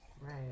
Right